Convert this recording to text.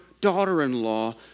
daughter-in-law